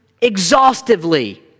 exhaustively